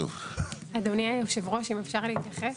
אדוני יושב הראש, אם אפשר להתייחס?